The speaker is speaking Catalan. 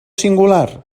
singular